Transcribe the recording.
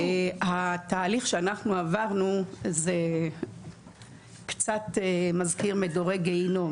התהליך שאנחנו עברנו מזכיר קצת מדורי גיהינום,